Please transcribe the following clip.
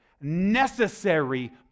necessary